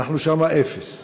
אנחנו שם אפס.